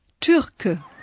Türke